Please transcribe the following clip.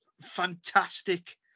fantastic